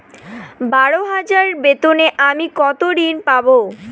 বারো হাজার বেতনে আমি কত ঋন পাব?